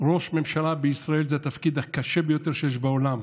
ראש ממשלה בישראל זה התפקיד הקשה ביותר שיש בעולם.